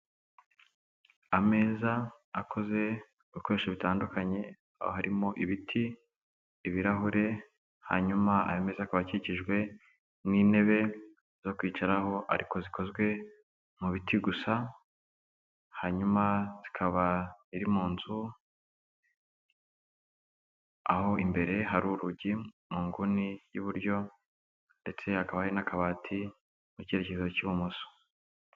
Ameza akoze mu bikoresho bitandukanye, aho harimo ibiti, ibirahure, hanyuma ayo meza akaba akikijwe n'intebe zo kwicaraho ariko zikozwe mu biti gusa; hanyuma ikaba iri mu nzu, aho imbere hari urugi mu nguni y'iburyo, ndetse hakaba hari n'akabati mu cyerekezo cy'ibumoso.